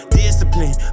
discipline